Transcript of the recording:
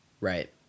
Right